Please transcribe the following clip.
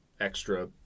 extra